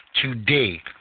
today